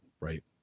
Right